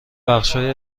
بخشهای